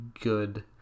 good